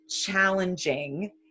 challenging